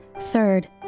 Third